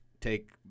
take